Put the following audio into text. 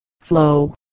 flow